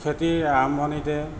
খেতিৰ আৰম্ভণিতে